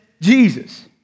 Jesus